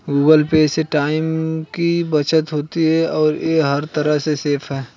Google Pay से time की बचत होती है और ये हर तरह से सेफ है